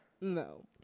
No